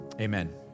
amen